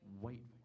wait